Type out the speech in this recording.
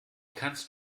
kannst